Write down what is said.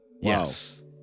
Yes